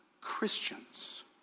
Christians